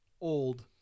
old